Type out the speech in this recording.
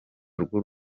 rw’u